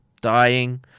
dying